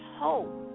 hope